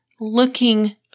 looking